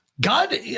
God